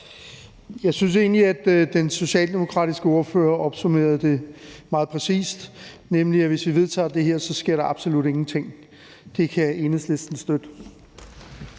Jeg synes egentlig, at den socialdemokratiske ordfører opsummerede det meget præcist, nemlig at hvis vi vedtager det her, sker der absolut ingenting. Det kan Enhedslisten støtte.